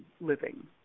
living